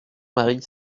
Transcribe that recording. marie